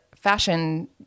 fashion